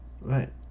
Right